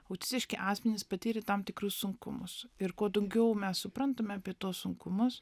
autistiški asmenys patyrė tam tikrus sunkumus ir kuo daugiau mes suprantam apie tuos sunkumus